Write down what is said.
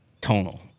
Tonal